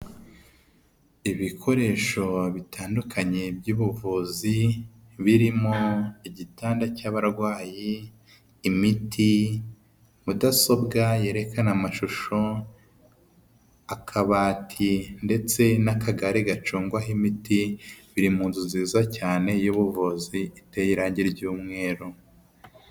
Ibikoresho bitandukanye by'ubuvuzi birimo igitanda cy'abarwayi, imiti, mudasobwa yerekana amashusho, akabati ndetse n'akagare gacungwaho imiti, biri mu nzu nziza cyane y'ubuvuzi iteye irangi ry'umweru.